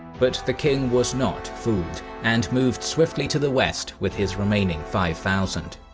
but the king was not fooled and moved swiftly to the west with his remaining five thousand.